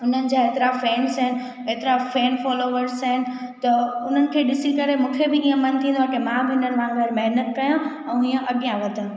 उन्हनि जा एतिरा फैंड्स आहिनि एतिरा फैन फोलोवर्स आहिनि त उन्हनि खे ॾिसी करे मूंखे बि ईअं मनु थींदो आहे की मां बि इन्हनि वांग़ुर महिनतु कया ऐं हीअं अॻियां वधा